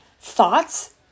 thoughts